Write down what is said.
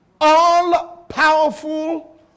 all-powerful